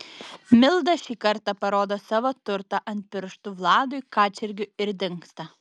milda šį kartą parodo savo turtą ant pirštų vladui kačergiui ir dingsta